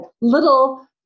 little